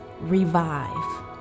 revive